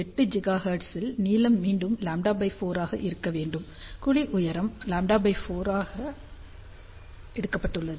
8 ஜிகாஹெர்ட்ஸில் நீளம் மீண்டும் λ2 ஆக இருக்க வேண்டும் குழி உயரம் λ4 ஆக எடுக்கப்பட்டுள்ளது